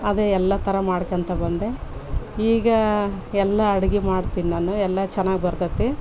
ಅದೇ ಎಲ್ಲ ಥರ ಮಾಡ್ಕೋತ ಬಂದೆ ಈಗ ಎಲ್ಲ ಅಡಿಗೆ ಮಾಡ್ತಿನಿ ನಾನು ಎಲ್ಲ ಚೆನ್ನಾಗ್ ಬರ್ತದೆ